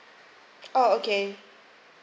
oh okay